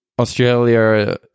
Australia